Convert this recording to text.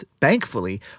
thankfully